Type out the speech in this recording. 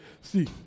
See